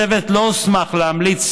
הצוות לא הוסמך להמליץ